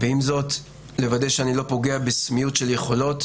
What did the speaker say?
ועם זאת לוודא שאני לא פוגע במיעוט של יכולות